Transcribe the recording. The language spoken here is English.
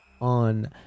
on